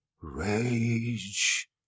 Rage